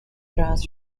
draws